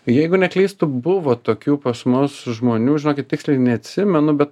jeigu neklystu buvo tokių pas mus žmonių žinokit tiksliai neatsimenu bet